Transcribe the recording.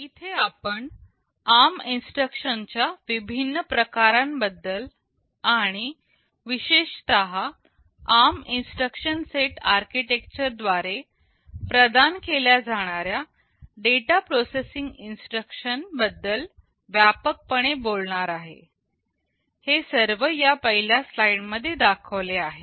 इथे आपण ARM instruction च्या विभिन्न प्रकारांबद्दल आणि विशेषत ARM इन्स्ट्रक्शन सेट आर्किटेक्चर द्वारे प्रदान केल्या जाणाऱ्या डेटा प्रोसेसिंग इन्स्ट्रक्शन बद्दल व्यापक पणे बोलणार आहे